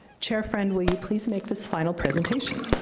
chair friend, will you please make this final presentation?